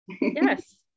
Yes